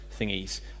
thingies